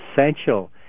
Essential